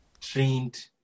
trained